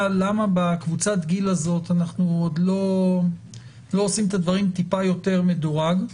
למה בקבוצת גיל הזאת אנחנו עוד לא עושים את הדברים טיפה יותר מדורג.